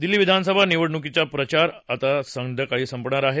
दिल्ली विधानसभा निवडणुकीचा प्रचार आज संध्याकाळी संपणार आहे